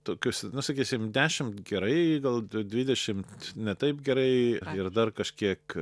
tokius nu sakysim dešimt gerai gal du dvidešimt ne taip gerai ir dar kažkiek